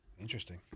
Interesting